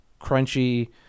crunchy